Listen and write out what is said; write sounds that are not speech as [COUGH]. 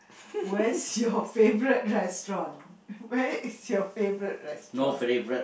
[BREATH] where's your favourite restaurant where is your favourite restaurant